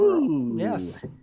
Yes